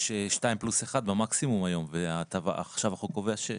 יש שתיים פלוס אחת במקסימום היום ועכשיו החוק קובע שש.